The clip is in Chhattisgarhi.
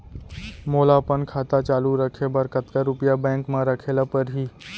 मोला अपन खाता चालू रखे बर कतका रुपिया बैंक म रखे ला परही?